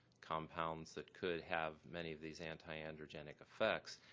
compounds that could have many of these antiandrogenic effects.